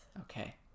Okay